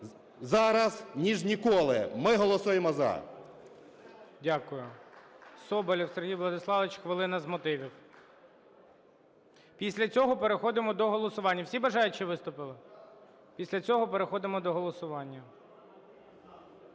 зараз ніж ніколи. Ми голосуємо "за". ГОЛОВУЮЧИЙ. Дякую. Соболєв Сергій Владиславович, хвилина з мотивів. Після цього переходимо до голосування. Всі бажаючі виступили? Після цього переходимо до голосування.